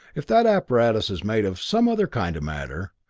if that apparatus is made of some other kind of matter,